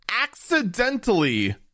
accidentally